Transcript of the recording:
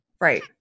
Right